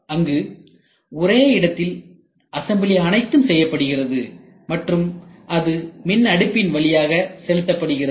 அங்கு ஒரே இடத்தில்அசம்பிளி அனைத்தும் செய்யப்படுகிறது மற்றும் அது மின் அடுப்பின் வழியாக செலுத்தப்படுகிறது